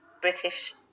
British